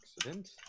accident